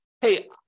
hey